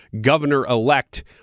governor-elect